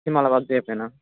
AC మళ్ళా work చేయకపోయిన